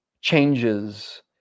changes